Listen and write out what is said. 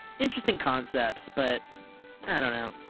interesting concepts but i don't know.